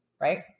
right